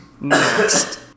Next